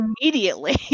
immediately